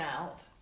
out